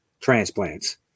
transplants